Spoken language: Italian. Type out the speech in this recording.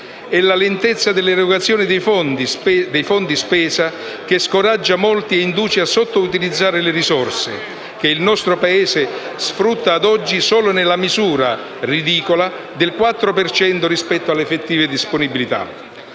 È la lentezza nell'erogazione dei fondi spesa che scoraggia molti e induce a sottoutilizzare le risorse, che il nostro Paese sfrutta ad oggi solo nella misura ridicola del 4 per cento rispetto alle effettive disponibilità.